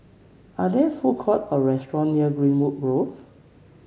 are there food court or restaurant near Greenwood Grove